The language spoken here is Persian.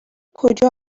کجا